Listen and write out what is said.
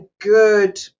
good